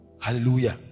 Hallelujah